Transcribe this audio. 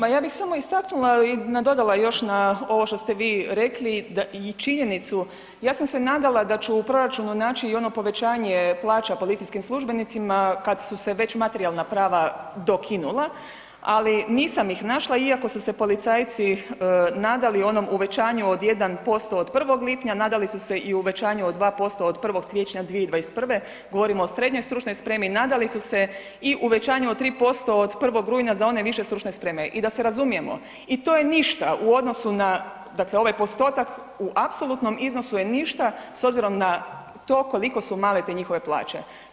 Ma ja bih samo istaknula i nadodala još na ovo što ste vi rekli i činjenicu, ja sam se nadala da ću u proračunu naći i ono povećanje plaća policijskim službenicima kad su se već materijalna prava dokinula, ali nisam ih našla iako su se policajci nadali onom uvećanju od 1% od 1. lipnja, nadali su se i uvećanju od 2% od 1. siječnja 2021., govorimo o SSS, nadali su se i uvećanju od 3% od 1. rujna za one VSS i da se razumijemo, i to je ništa u odnosu dakle ovaj postotak u apsolutno iznosu je ništa s obzirom na to koliko su male te njihove plaće.